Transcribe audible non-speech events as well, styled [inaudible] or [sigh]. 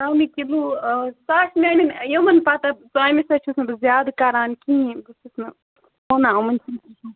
ژامنہِ کِلوٗ سُہ آسہِ میٛانٮ۪ن یِمَن پَتہ ژامنہِ سۭتۍ چھَس نہٕ بہٕ زیادٕ کران کِہیٖنۍ بہٕ چھَس نہٕ سَنان یِمَن [unintelligible]